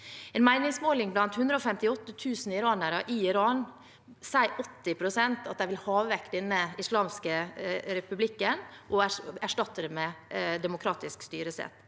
en meningsmåling blant 158 000 iranere i Iran svarer 80 pst. at de vil ha vekk den islamske republikken og erstatte den med et demokratisk styresett.